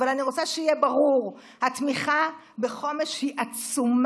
אבל אני רוצה שיהיה ברור: התמיכה בחומש היא עצומה.